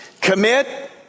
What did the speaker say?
Commit